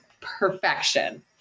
perfection